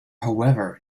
however